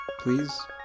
Please